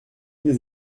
les